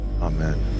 Amen